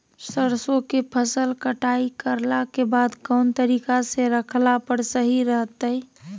सरसों के फसल कटाई करला के बाद कौन तरीका से रखला पर सही रहतय?